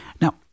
Now